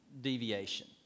deviation